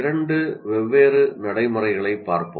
இரண்டு வெவ்வேறு நடைமுறைகளைப் பார்ப்போம்